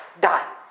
die